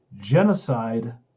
genocide